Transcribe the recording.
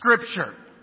scripture